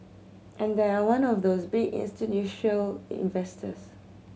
and they are one of those big investors